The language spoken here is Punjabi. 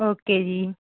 ਓਕੇ ਜੀ